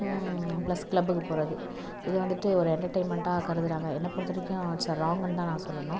plus கிளப்புக்கு போறது இது வந்துட்டு ஒரு எண்டர்டெயின்மெண்ட்டா கருதுறாங்க என்ன பொறுத்த வரைக்கும் இட்ஸ் எ ராங்குன்னு தான் நான் சொல்லணும்